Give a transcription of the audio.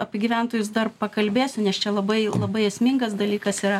apie gyventojus dar pakalbėsiu nes čia labai labai esmingas dalykas yra